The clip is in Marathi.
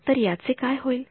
तर याचे काय होईल